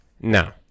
No